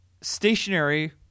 stationary